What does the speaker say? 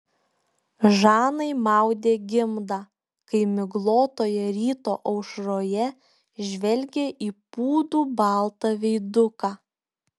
žanai maudė gimdą kai miglotoje ryto aušroje žvelgė į pūdų baltą veiduką